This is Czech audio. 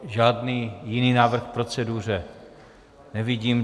Žádný jiný návrh k proceduře nevidím.